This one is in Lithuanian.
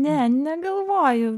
ne negalvoju